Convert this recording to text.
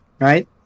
right